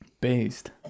based